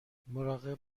مراقب